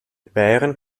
wären